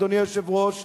אדוני היושב-ראש,